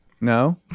No